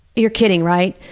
you're kidding, right?